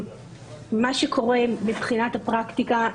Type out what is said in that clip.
מבחינת הפרקטיקה,